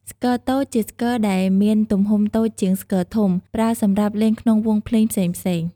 ស្គរតូច ជាស្គរដែលមានទំហំតូចជាងស្គរធំ ប្រើសម្រាប់លេងក្នុងវង់ភ្លេងផ្សេងៗ។